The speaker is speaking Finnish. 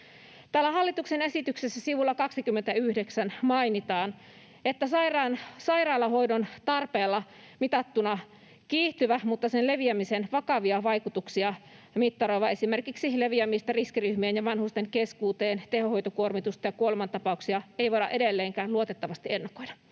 hallituksen esityksessä sivulla 29 mainitaan: ”Sairaalahoidon tarpeella mitattuna kiihtyvän, mutta sen leviämisen vakavia vaikutuksia — esimerkiksi leviämistä riskiryhmien ja vanhusten keskuuteen, tehohoitokuormitusta ja kuolemantapauksia — ei voida edelleenkään luotettavasti ennakoida.”